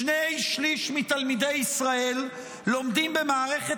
שני שלישים מתלמידי ישראל לומדים במערכת